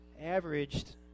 averaged